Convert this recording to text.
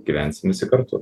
gyvensim visi kartu